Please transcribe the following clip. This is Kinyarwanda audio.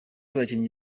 abakinnyi